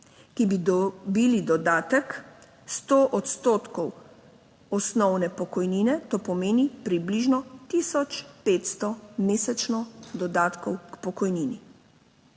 ki bi dobili dodatek 100 odstotkov osnovne pokojnine, to pomeni približno tisoč 500 mesečno dodatkov k pokojnini.